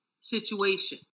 situation